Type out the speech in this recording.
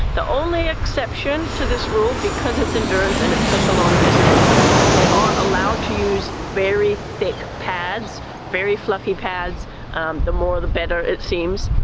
the only exception to this rule, because its endurance and it's such a long distance they are allowed to use very thick pads very fluffy pads the more the better, it seems.